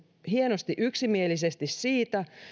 hienosti yksimielisesti esityksen siitä